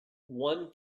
one